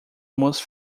most